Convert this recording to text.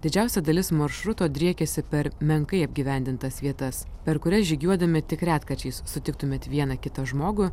didžiausia dalis maršruto driekiasi per menkai apgyvendintas vietas per kurias žygiuodami tik retkarčiais sutiktumėt vieną kitą žmogų